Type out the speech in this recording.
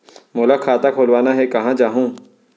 मोला खाता खोलवाना हे, कहाँ जाहूँ?